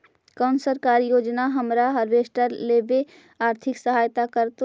कोन सरकारी योजना हमरा हार्वेस्टर लेवे आर्थिक सहायता करतै?